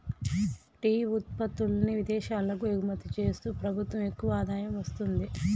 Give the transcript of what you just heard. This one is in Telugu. టీ ఉత్పత్తుల్ని విదేశాలకు ఎగుమతి చేస్తూ ప్రభుత్వం ఎక్కువ ఆదాయం వస్తుంది